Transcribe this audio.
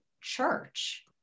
church